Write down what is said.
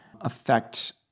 affect